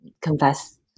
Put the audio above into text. confess